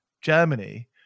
Germany